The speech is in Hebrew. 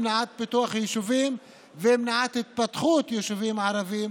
במניעת פיתוח יישובים ובמניעת התפתחות יישובים ערביים.